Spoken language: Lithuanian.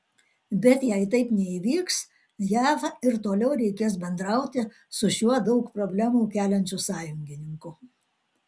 bet jei taip neįvyks jav ir toliau reikės bendrauti su šiuo daug problemų keliančiu sąjungininku